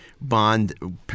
Bond